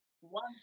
one